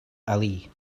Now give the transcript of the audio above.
ali